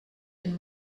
den